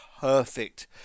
perfect